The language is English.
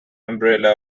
umbrella